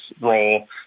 role